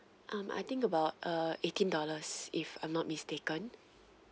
um I think about uh eighteen dollars if I'm not mistaken